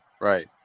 right